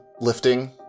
lifting